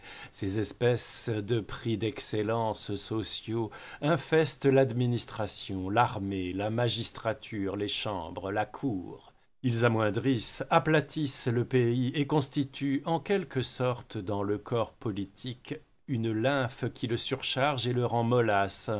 ces espèces de prix d'excellence sociaux infestent l'administration l'armée la magistrature les chambres la cour ils amoindrissent aplatissent le pays et constituent en quelque sorte dans le corps politique une lymphe qui le surcharge et le